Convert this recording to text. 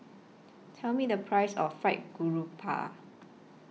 Tell Me The Price of Fried Garoupa